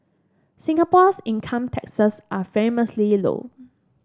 Singapore's income taxes are famously low